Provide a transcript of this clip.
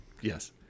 Yes